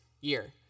year